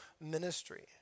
ministry